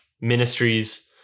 ministries